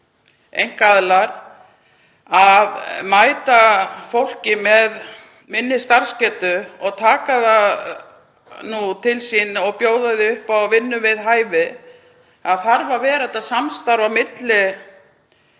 og það er að mæta fólki með minni starfsgetu, taka það til sín og bjóða því upp á vinnu við hæfi. Það þarf að vera þetta samstarf á milli